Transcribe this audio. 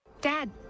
Dad